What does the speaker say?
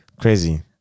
crazy